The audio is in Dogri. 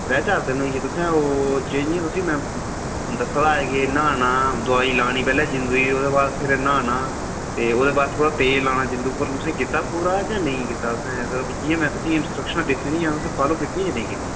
त्रै चार दिन होई गे तुसें ओह् जेह्ड़ियां तुसें ई में दस्सा दा हा कि न्हाना दोआई लानी पैह्लें जिंदू ई ओह्दे बाद फ्ही न्हाना ते ओह्दे बाद थोह्ड़ा तेल लाना जिंदू पर तुसें कीता पूरा जां नेईं कीता तुसें ते जि'यां में इंस्टरक्शनां दित्ती दियां हि्यां तुसें फालो कीतियां जां नेईं कीतियां